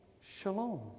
shalom